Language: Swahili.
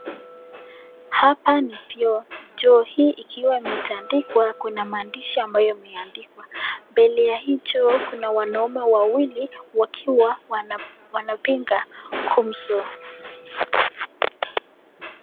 Hapa ni vyoo. Choo hii ikiwa imetandikwa kuna maandishi ambayo imeandikwa. Mbele ya hii choo kuna wanaume wawili wakiwa wanapiga gumzo.